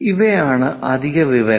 ഇവയാണ് അധിക വിവരങ്ങൾ